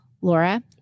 Laura